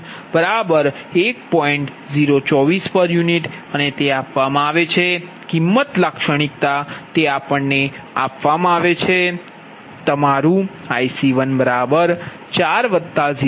024pu અને તે આપવામાં આવે છે કિંમત લાક્ષણિકતા તે આપવામાં આવે છે કે તમારું IC1 4 0